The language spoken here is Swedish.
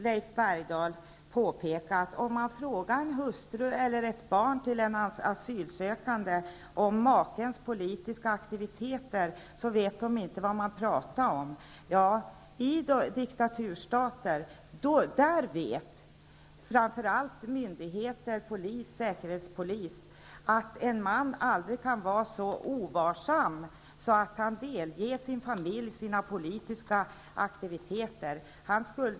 Leif Bergdahl påpekade att om man frågar en hustru till en asylsökande, eller hans barn, vet de inte vad man talar om. I diktaturstater vet framför allt myndigheter, som säkerhetspolis, att en man aldrig kan tillåta sig vara så ovarsam att han delger sin familj vetskap om hans politiska aktiviteter.